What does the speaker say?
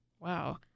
Wow